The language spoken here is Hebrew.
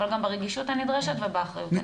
אבל גם ברגישות הנדרשת ובאחריות הנדרשת.